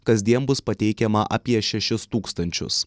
kasdien bus pateikiama apie šešis tūkstančius